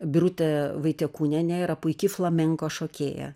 birutė vaitiekūnienė yra puiki flamenko šokėja